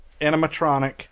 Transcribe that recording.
animatronic